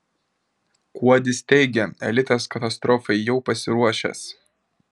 kuodis teigia elitas katastrofai jau pasiruošęs